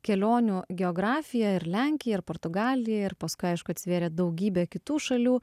kelionių geografiją ir lenkija ir portugalija ir paskui aišku atsivėrė daugybė kitų šalių